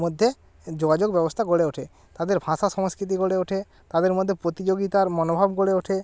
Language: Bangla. মধ্যের যোগাযোগ ব্যবস্থা গড়ে ওঠে তাদের ভাষা সংস্কৃতি গড়ে ওঠে তাদের মধ্যে প্রতিযোগিতার মনোভাব গড়ে ওঠে